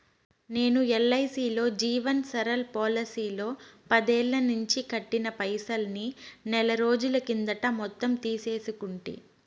నేను ఎల్ఐసీలో జీవన్ సరల్ పోలసీలో పదేల్లనించి కట్టిన పైసల్ని నెలరోజుల కిందట మొత్తం తీసేసుకుంటి